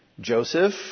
Joseph